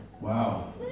Wow